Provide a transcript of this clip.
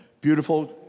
beautiful